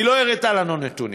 היא לא הראתה לנו נתונים.